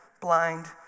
blind